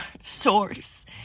source